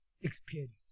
experience